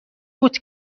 بود